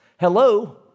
Hello